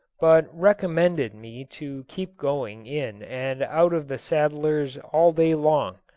but recommended me to keep going in and out of the saddler's all day long,